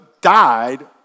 died